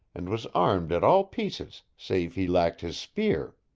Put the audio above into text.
and was armed at all pieces save he lacked his spear.